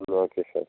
ம் okay sir